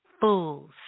fools